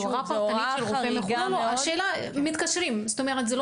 אם מתקשרים?